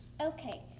Okay